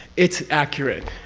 it's accurate.